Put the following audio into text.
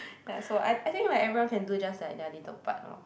ya so I I think right everyone can do just like their little part lor